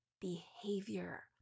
behavior